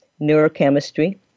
neurochemistry